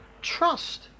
Trust